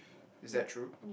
is that true